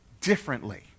differently